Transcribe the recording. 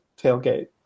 tailgate